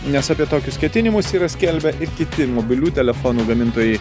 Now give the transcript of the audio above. nes apie tokius ketinimus yra skelbę ir kiti mobilių telefonų gamintojai